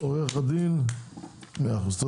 הצבעה הצו אושר.